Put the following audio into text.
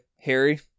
Harry